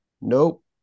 nope